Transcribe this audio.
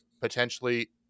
potentially